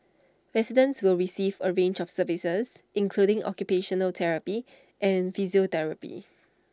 residents will receive A range of services including occupational therapy and physiotherapy